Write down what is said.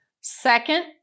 Second